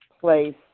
place